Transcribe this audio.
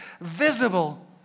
visible